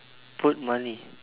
put money